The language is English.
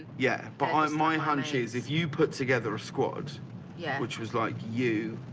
yeah but my my hunch is if you put together a squad yeah which was like you,